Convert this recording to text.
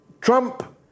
Trump